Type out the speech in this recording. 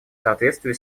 соответствии